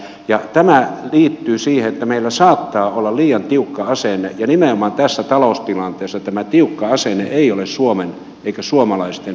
ja tämä liittyy siihen että meillä saattaa olla liian tiukka asenne ja nimenomaan tässä taloustilanteessa tämä tiukka asenne ei ole suomen eikä suomalaisten eikä yrittäjien etu